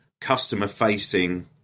customer-facing